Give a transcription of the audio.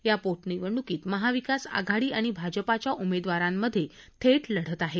या पोटनिवडणुकीत महाविकास आघाडी आणि भाजपाच्या उमेदवारांमध्ये थेट लढत होत आहे